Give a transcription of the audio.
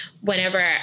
whenever